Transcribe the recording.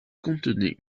contenait